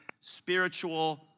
spiritual